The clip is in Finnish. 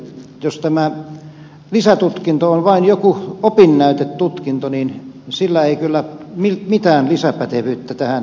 jos tämä lisätutkinto on vain joku opinnäytetutkinto sillä ei kyllä mitään lisäpätevyyttä tähän saada